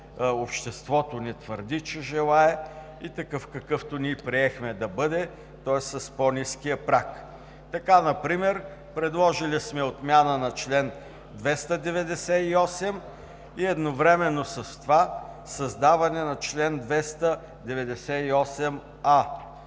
обществото ни твърди, че желае, и такъв, какъвто ние приехме да бъде, тоест с по-ниския праг. Така например предложили сме отмяна на чл. 298 и едновременно с това създаване на чл. 298а,